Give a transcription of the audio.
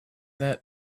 that